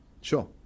Sure